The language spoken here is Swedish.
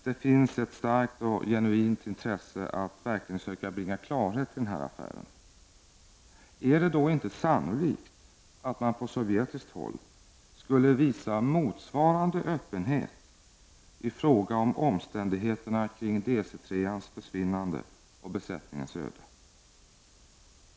Det finns ett starkt och genuint intresse av att verkligen söka bringa klarhet i den här affären. Är det då inte sannolikt att man från sovjetiskt håll skulle visa motsvarande öppenhet i fråga om omständigheterna kring DC 3-ans försvinnande och besättningens öde?